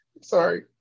sorry